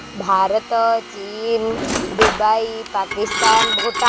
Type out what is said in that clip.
ଭାରତ ଚୀନ୍ ଦୁବାଇ ପାକିସ୍ତାନ୍ ଭୁଟାନ୍